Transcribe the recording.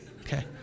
Okay